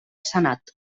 senat